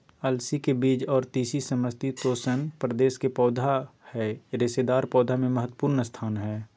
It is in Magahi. अलसी के बीज आर तीसी समशितोष्ण प्रदेश के पौधा हई रेशेदार पौधा मे महत्वपूर्ण स्थान हई